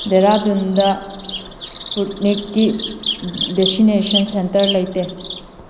ꯗꯦꯔꯥꯗꯨꯟꯗ ꯏꯁꯄꯨꯠꯅꯤꯛꯀꯤ vaccination centre ꯂꯩꯇꯦ